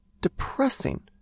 depressing